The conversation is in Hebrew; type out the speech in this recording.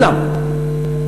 כולן,